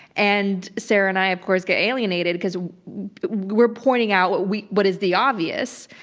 and sarah and i of course get alienated because we're pointing out what we, what is the obvious?